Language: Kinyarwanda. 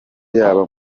yaba